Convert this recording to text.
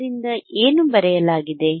ಆದ್ದರಿಂದ ಏನು ಬರೆಯಲಾಗಿದೆ